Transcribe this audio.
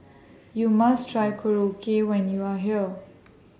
YOU must Try Korokke when YOU Are here